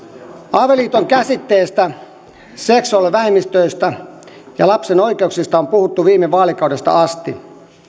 avioliiton käsitteestä seksuaalivähemmistöistä ja lapsen oikeuksista on puhuttu viime vaalikaudesta asti